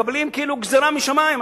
מקבלים כאילו גזירה משמים.